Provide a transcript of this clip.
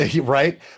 right